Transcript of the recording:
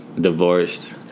divorced